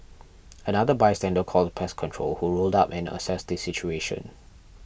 another bystander called pest control who rolled up and assessed the situation